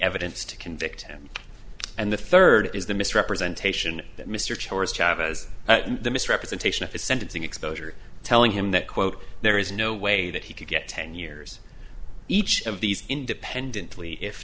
evidence to convict him and the third is the misrepresentation that mr chores chvez the misrepresentation of his sentencing exposure telling him that quote there is no way that he could get ten years each of these independently if